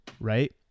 right